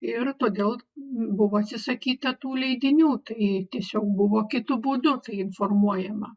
ir todėl buvo atsisakyta tų leidinių tai tiesiog buvo kitu būdu informuojama